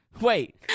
Wait